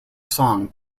song